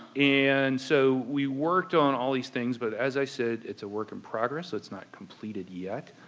and so we worked on all these things, but as i said, it's a work in progress, so it's not completed yet.